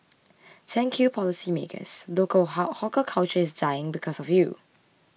thank you policymakers local hawker culture is dying because of you